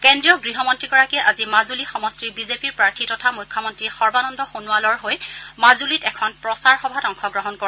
কেন্দ্ৰীয় গৃহমন্ত্ৰীগৰাকীয়ে আজি মাজুলী সমষ্টিৰ বিজেপি প্ৰাৰ্থী তথা মুখ্যমন্তী সৰ্বানন্দ সোণোৱালৰ হৈ মাজুলীত এখন প্ৰচাৰ সভাত অংশগ্ৰহণ কৰে